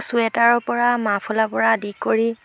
চুৱেটাৰৰপৰা মাফলাৰপৰা আদি কৰি